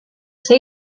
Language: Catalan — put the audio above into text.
ser